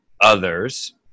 others